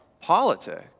politics